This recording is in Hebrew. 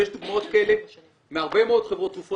ויש דוגמאות כאלה מהרבה מאוד חברות תרופות